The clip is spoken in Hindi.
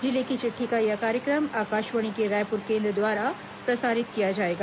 जिले की चिट्ठी का यह कार्यक्रम आकाशवाणी के रायपुर केंद्र द्वारा प्रसारित किया जाएगा